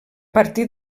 partir